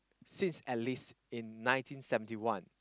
since at least in nineteen seventy one